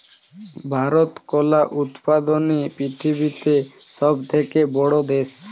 ভারত কলা উৎপাদনে পৃথিবীতে সবথেকে বড়ো দেশ